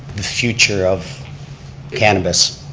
the future of cannabis.